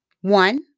One